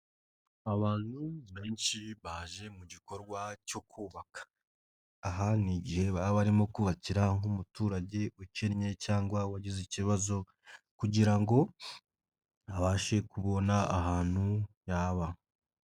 Abantu benshi baje mu gikorwa cyo kubaka. Aha ni igihe baba barimo kubakira nk'umuturage ukennye cyangwa wagize ikibazo kugira ngo abashe kubona ahantu yaba.